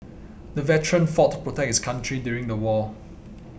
the veteran fought to protect his country during the war